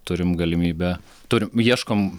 turim galimybę turim ieškom